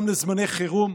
גם לזמני חירום.